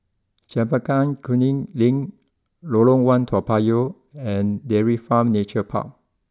Chempaka Kuning Link Lorong one Toa Payoh and Dairy Farm Nature Park